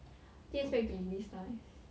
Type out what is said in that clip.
didn't expect to be this nice